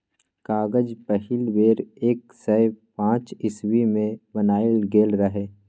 कागज पहिल बेर एक सय पांच इस्बी मे बनाएल गेल रहय